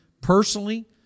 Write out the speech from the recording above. personally